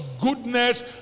goodness